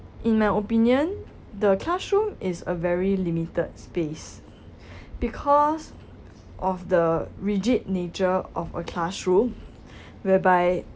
in my opinion the classroom is a very limited space because of the rigid nature of a classroom whereby